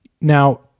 Now